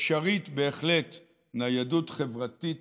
אפשרית בהחלט ניידות חברתית